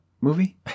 movie